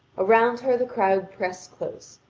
around her the crowd pressed close,